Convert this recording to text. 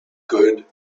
good